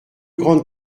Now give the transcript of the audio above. grandes